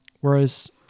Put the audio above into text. Whereas